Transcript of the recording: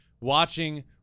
watching